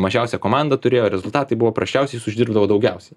mažiausią komandą turėjo rezultatai buvo prasčiausi jis uždirbdavo daugiausiai